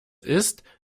ist